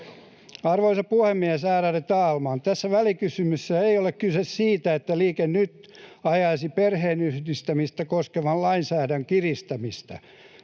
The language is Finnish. Arvoisa puhemies, ärade talman! Tässä välikysymyksessä ei ole kyse siitä, että Liike Nyt ajaisi perheenyhdistämistä koskevan lainsäädännön kiristämistä.